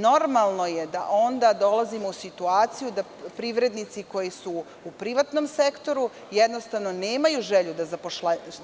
Normalno je da onda dolazimo u situaciju da privrednici koji su u privatnom sektoru nemaju želju da